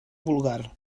vulgar